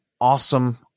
awesome